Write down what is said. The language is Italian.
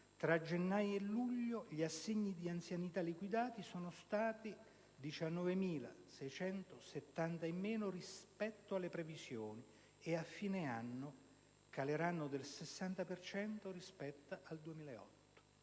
Tra gennaio e luglio, gli assegni di anzianità liquidati sono stati 19.670 in meno rispetto alle previsioni ed a fine anno caleranno del 60 per cento rispetto al 2008.